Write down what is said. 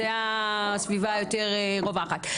זו הסביבה היותר רווחת.